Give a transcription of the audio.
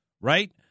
Right